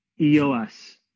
Eos